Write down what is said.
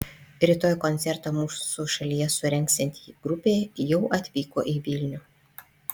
rytoj koncertą mūsų šalyje surengsianti grupė jau atvyko į vilnių